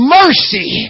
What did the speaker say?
mercy